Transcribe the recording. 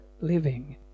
living